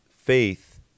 faith